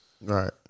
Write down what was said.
Right